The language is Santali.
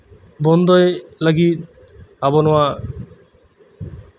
ᱵᱚᱱᱫᱚᱭ ᱞᱟᱹᱜᱤᱫ ᱟᱵᱚ ᱱᱚᱣᱟ